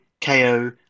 ko